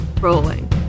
rolling